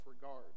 regard